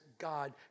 God